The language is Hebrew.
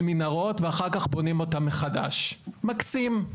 מנהרות ואחר-כך בונים אותן מחדש מקסים,